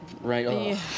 Right